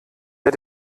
der